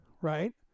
right